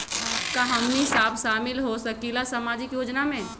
का हमनी साब शामिल होसकीला सामाजिक योजना मे?